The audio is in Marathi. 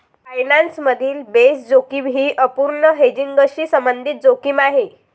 फायनान्स मधील बेस जोखीम ही अपूर्ण हेजिंगशी संबंधित जोखीम आहे